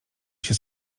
się